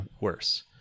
worse